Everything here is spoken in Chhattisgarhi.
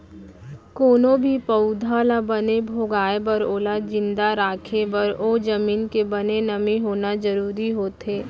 कोनो भी पउधा ल बने भोगाय बर ओला जिंदा राखे बर ओ जमीन के बने नमी होना जरूरी होथे